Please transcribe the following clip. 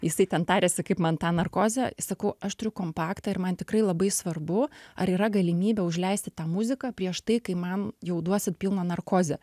jisai ten tarėsi kaip man tą narkozę sakau aš turiu kompaktą ir man tikrai labai svarbu ar yra galimybė užleisti tą muziką prieš tai kai man jau duosit pilną narkozę